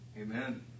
Amen